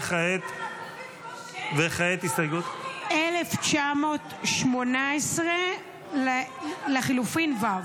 וכעת הסתייגות --- כעת הסתייגות 1918 לחלופין ו'.